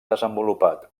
desenvolupat